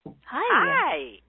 Hi